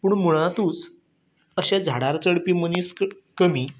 पूण मुळातूच अशे झाडार चडपी मनीस क कमी